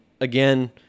again